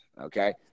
okay